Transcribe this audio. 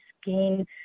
skin